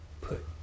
put